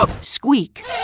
squeak